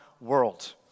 world